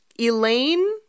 Elaine